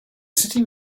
city